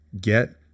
get